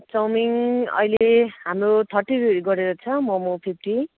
chowmein अहिले हाम्रो thirty गरेर छ मोमो फिप्टी